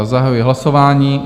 Zahajuji hlasování.